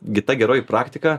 gi ta geroji praktika